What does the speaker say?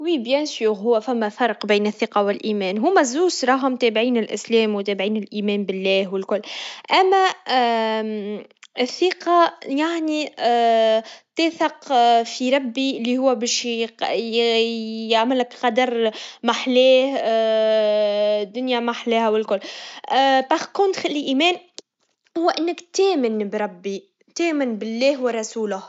نعم، نؤمن بوجود فرق كبير. الثقة عادةً تتعلق بالناس وبالأفعال، بينما الإيمان يكون شيء أعمق يتعلق بالمعتقدات والأفكار. الثقة تحتاج وقت لبناءها، أما الإيمان يكون أقوى من أي شيء.